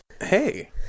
Hey